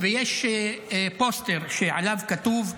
ויש פוסטר שעליו כתוב: